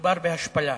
מדובר בהשפלה,